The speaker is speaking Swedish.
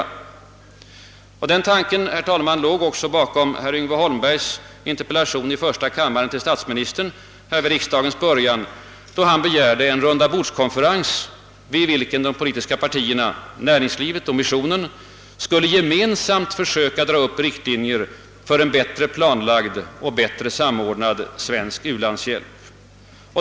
Den tanken, herr talman, låg också bakom herr Yngve Holmbergs interpellation i första kammaren till statsministern vid riksdagens början, i vilken han begärde en rundabordskonferens, där de politiska partierna, näringslivet och missionen skulle gemensamt försöka dra upp riktlinjer för en bättre planlagd och bättre samordnad u-landshjälp.